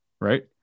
right